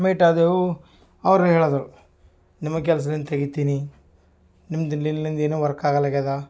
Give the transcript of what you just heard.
meet ಆದೆವು ಅವ್ರು ಹೇಳಿದ್ರು ನಿಮ್ಗೆ ಕೆಲ್ಸದಿಂದ ತೆಗಿತೀನಿ ನಿಮ್ದು ಇಲ್ಲಿಲಿಂದೇ ವರ್ಕ್ ಆಗಲ್ಯಗಗ